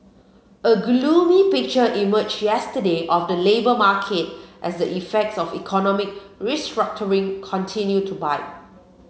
a gloomy picture emerged yesterday of the labour market as the effects of economic restructuring continue to bite